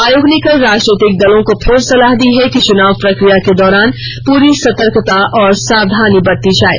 आयोग ने कल राजनीतिक दलों को फिर सलाह दी कि चुनाव प्रक्रिया के दौरान पूरी सतर्कता और सावधानी बरती जाये